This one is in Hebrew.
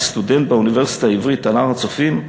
כסטודנט באוניברסיטה העברית על הר-הצופים,